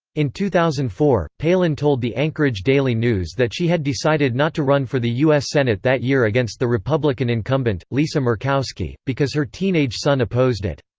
in two thousand and four, palin told the anchorage daily news that she had decided not to run for the u s. senate that year against the republican incumbent, lisa murkowski, because her teenage son opposed it.